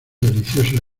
delicioso